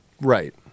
Right